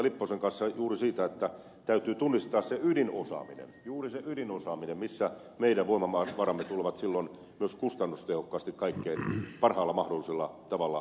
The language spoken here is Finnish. lipposen kanssa juuri siitä että täytyy tunnistaa se ydinosaaminen juuri se ydinosaaminen missä meidän voimavaramme tulevat silloin myös kustannustehokkaasti kaikkein parhaalla mahdollisella tavalla käyttöön